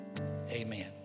Amen